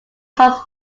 songs